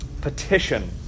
Petition